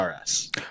RS